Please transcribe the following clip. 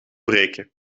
breken